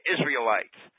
Israelites